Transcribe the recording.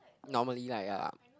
normally like ah